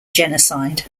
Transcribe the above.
genocide